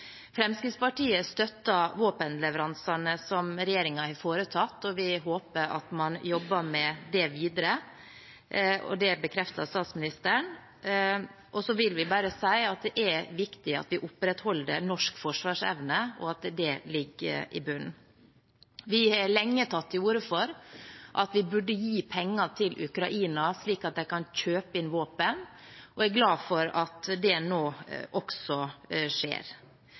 Fremskrittspartiet har støttet våpenleveransene som regjeringen har foretatt, og vi håper at man jobber med det videre. Det bekreftet også statsministeren. Det er viktig at vi opprettholder norsk forsvarsevne, og at det ligger i bunnen. Vi har lenge tatt til orde for at vi burde gi penger til Ukraina, slik at de kan kjøpe inn våpen, og er glade for at det nå også skjer.